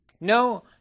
No